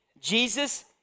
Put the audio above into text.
Jesus